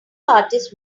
artist